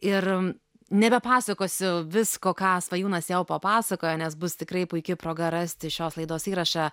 ir nebepasakosiu visko ką svajūnas jau papasakojo nes bus tikrai puiki proga rasti šios laidos įrašą